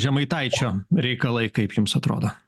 žemaitaičio reikalai kaip jums atrodo